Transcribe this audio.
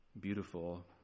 beautiful